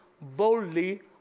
boldly